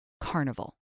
carnival